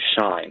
shine